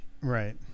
Right